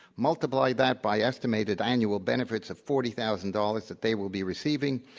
multiply that by estimated annual benefits of forty thousand dollars that they will be receiving,